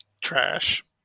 Trash